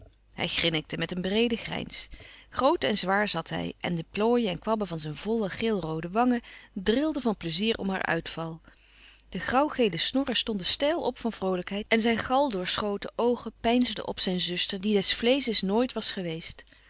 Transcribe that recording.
hij grinnikte met een breeden grijns groot en zwaar zat hij en de plooien en kwabben van zijne volle geelroode wangen drilden van pleizier om haar uitval de grauwgele snorren stonden steil op van vroolijkheid en zijn galdoorschoten oogen peinsden op zijn zuster die des vleesches nooit was geweest